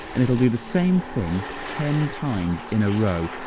and it'll do the same thing ten times in a row,